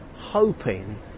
hoping